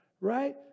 right